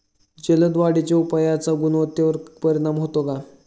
जलद वाढीच्या उपायाचा गुणवत्तेवर परिणाम होतो का?